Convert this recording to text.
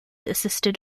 assisted